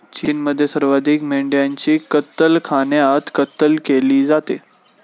चीनमध्ये सर्वाधिक मेंढ्यांची कत्तलखान्यात कत्तल केली जाते